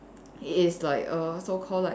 is like a so called like